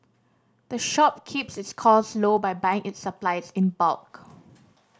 the shop keeps its costs low by buying its supplies in bulk